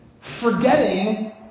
Forgetting